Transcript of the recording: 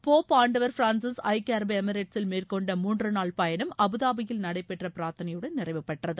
Pope ஆண்டவா் Francis ஐக்கிய அரபு எமிரேட்சில் மேற்கொண்ட மூன்று நாள் பயணம் அபுதாபியில் நடைபெற்ற பிராத்தனையுடன் நிறைவுபெற்றது